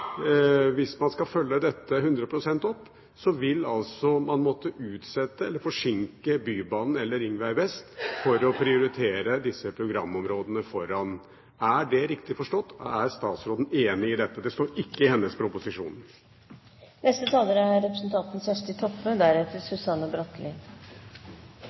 hvis man skal følge opp dette 100 pst., at man må utsette eller forsinke Bybanen eller Ringvei vest for først å prioritere programområdene. Er det riktig forstått? Er statsråden enig i dette? Det står ikke i hennes proposisjon. Eg synest dette er